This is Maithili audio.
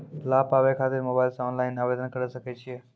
लाभ पाबय खातिर मोबाइल से ऑनलाइन आवेदन करें सकय छियै?